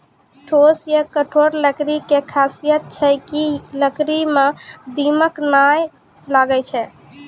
ठोस या कठोर लकड़ी के खासियत छै कि है लकड़ी मॅ दीमक नाय लागैय छै